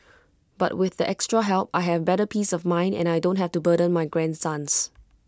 but with the extra help I have better peace of mind and I don't have to burden my grandsons